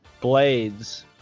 blades